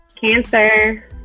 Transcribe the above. Cancer